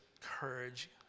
courage